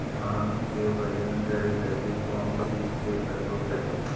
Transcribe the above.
धान के बजन करे लगी कौन चिज के प्रयोग करि?